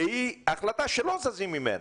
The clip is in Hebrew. החלטה שלא זזים ממנה,